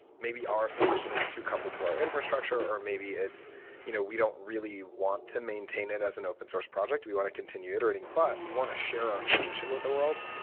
maybe our solution is to couple to our infrastructure, or maybe you know we don't really want to maintain it as an open-source project. we want to continue iterating, but we want to share our solution with the world.